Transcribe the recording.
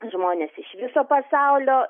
žmonės iš viso pasaulio